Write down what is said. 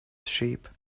sheep